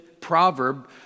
proverb